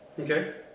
Okay